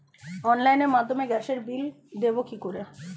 অনলাইনের মাধ্যমে গ্যাসের বিল দেবো কি করে?